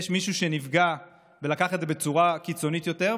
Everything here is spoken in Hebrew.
ויש מישהו שנפגע ולקח את זה בצורה קיצונית יותר,